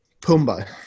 Pumbaa